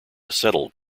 settled